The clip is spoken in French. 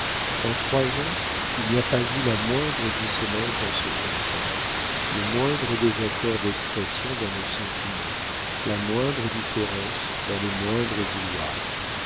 en trois ans il n'y a pas eu la moindre dissonance dans ce concert le moindre désaccord d'expression dans nos sentiments la moindre différence dans les moindres vouloirs